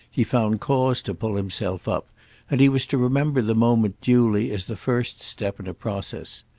he found cause to pull himself up and he was to remember the moment duly as the first step in a process.